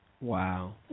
Wow